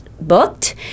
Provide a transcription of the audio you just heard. Booked